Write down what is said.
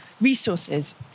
resources